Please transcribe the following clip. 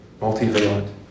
Multivalent